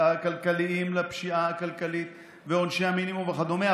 הכלכליים לפשיעה הכלכלית ועונשי המינימום וכדומה.